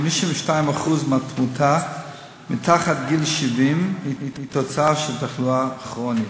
52% מהתמותה מתחת גיל 70 הם תוצאה של תחלואה כרונית.